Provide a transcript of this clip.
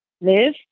live